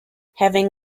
having